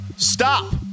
Stop